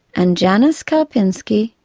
and janis karpinski,